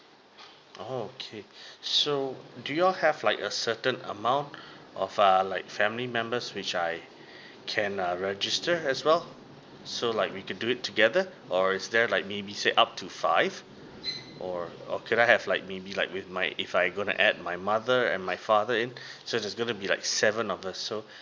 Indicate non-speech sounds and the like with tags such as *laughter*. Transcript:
okay so do you all have like a certain amount of err like family members which I can uh registered as well so like we can do it together or is there like maybe say up to five or or can I have like maybe like with my if I going to add my mother and my father in *breath* so is going to be like seven of us so